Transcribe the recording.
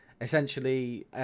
essentially